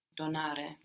Donare